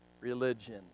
religion